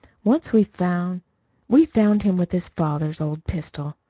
once we found we found him with his father's old pistol.